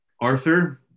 Arthur